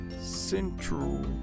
central